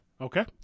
Okay